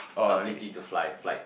ability to fly flight